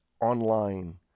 online